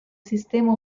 sistema